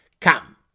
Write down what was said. Come